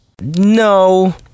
No